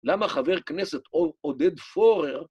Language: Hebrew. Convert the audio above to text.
למה חבר כנסת עודד פורר?